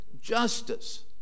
justice